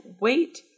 wait